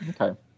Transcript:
Okay